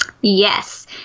Yes